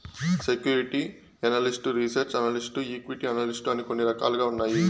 security analyst research analyst equity analyst అని కొన్ని రకాలు ఉన్నాయి